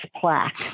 plaque